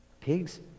Pigs